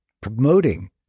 promoting—